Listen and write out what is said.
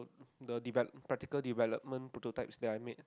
the develop~ practical development prototypes that I make